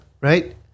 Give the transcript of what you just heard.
Right